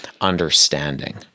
understanding